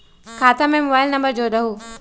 खाता में mobile number जोड़ दहु?